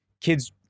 kids